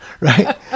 Right